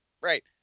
Right